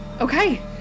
Okay